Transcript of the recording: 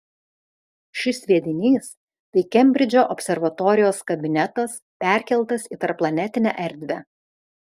šis sviedinys tai kembridžo observatorijos kabinetas perkeltas į tarpplanetinę erdvę